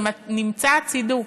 ונמצא הצידוק: